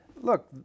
Look